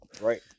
right